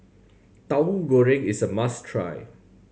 Tauhu Goreng is a must try